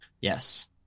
Yes